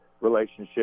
relationship